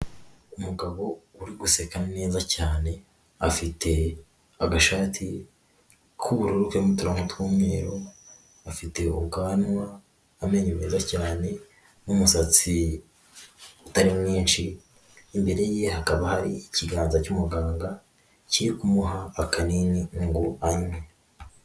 Umugabo uri guseka neza cyane afite agashati k'ubururu karimo uturongo tw'umweru, afite ubwanwa amenyo meza cyane n'umusatsi utari mwinshi, imbere ye hakaba hari ikiganza cy'umuganga kiri kumuha akanini ngo anywe.